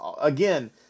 again